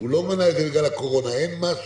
הוא לא מנע את זה בגלל הקורונה, אין משהו